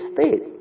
state